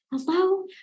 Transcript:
Hello